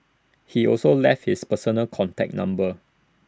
he also left his personal contact number